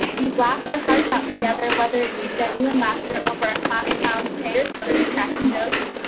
we've laughed our hearts out together, whether it be genuine laughter over our class clowns, tay or sofie cracking jokes,